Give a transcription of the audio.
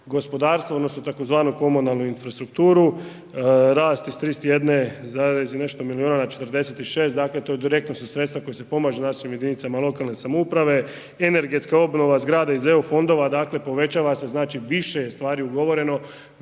gospodarstva odnosno tzv. komunalnu infrastrukturu, rast sa 31 zarez nešto milijuna na 46, dakle to direktno su sredstva koja se pomažu našim jedinicama lokalne samouprave, energetska obnova zgrada iz EU fondova, dakle povećava se znači više je stvari ugovoreno,